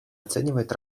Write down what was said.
оценивает